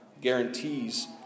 guarantees